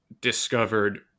discovered